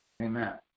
Amen